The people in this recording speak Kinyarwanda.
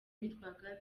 witwaga